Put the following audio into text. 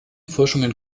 forschungen